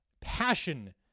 passion